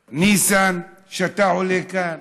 ניסן, שאתה עולה לכאן